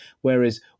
Whereas